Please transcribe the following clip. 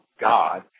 God